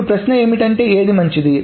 ఇప్పుడు ప్రశ్న ఏమిటంటే ఏది మంచిది